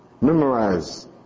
Memorize